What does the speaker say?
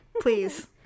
Please